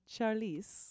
Charlize